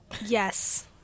yes